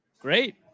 Great